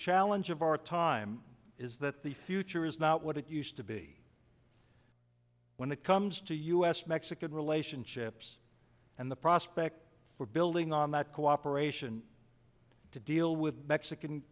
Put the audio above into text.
challenge of our time is that the future is not what it used to be when it comes to u s mexican relationships and the prospects for building on that cooperation to deal with mexican